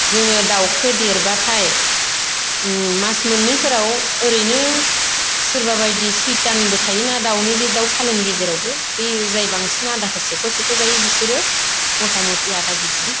जोङो दाउखो देरब्लाथाय उम मास मोननैफोराव ओरैनो सोरबा बायदि सैथानबो थायोना दाउनि दाउ फालोनि गेजेरावबो बे जाय बांसिन आदार सेख' सेख' जायो बिसोरो मथा मथि आधा केजि